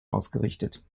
ausgerichtet